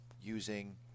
using